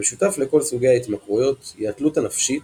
המשותף לכל סוגי ההתמכרויות היא התלות הנפשית